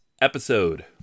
episode